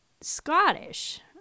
Scottish